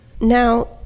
Now